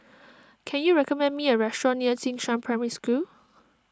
can you recommend me a restaurant near Jing Shan Primary School